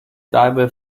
diver